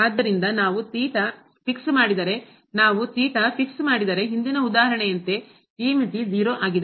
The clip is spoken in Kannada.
ಆದ್ದರಿಂದ ನಾವು ಫಿಕ್ಸ್ ಮಾಡಿದರೆ ಸರಿಪಡಿಸಿದರೆ ನಾವು ಫಿಕ್ಸ್ ಮಾಡಿದರೆ ಸರಿಪಡಿಸಿದರೆ ಹಿಂದಿನ ಉದಾಹರಣೆಯಂತೆ ಈ ಮಿತಿ 0 ಆಗಿದೆ